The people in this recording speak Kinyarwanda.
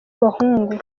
abahungu